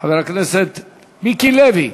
חבר הכנסת מיקי לוי,